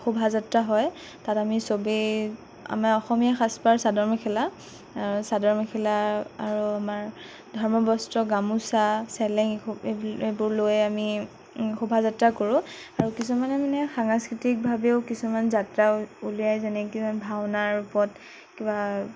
শোভযাত্ৰা হয় তাত আমি চবেই আমাৰ অসমীয়া সাজপাৰ চাদৰ মেখেলা আৰু চাদৰ মেখেলা আৰু আমাৰ ধৰ্ম বস্ত্ৰ গামোচা চেলেং এইবোৰ লৈ আমি শোভাযাত্ৰা কৰোঁ আৰু কিছুমানে মানে সাংস্কৃতিক ভাবেও কিছুমান যাত্ৰা উলিয়ায় যেনেকেৈ ভাওনা ৰূপত কিবা